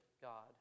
God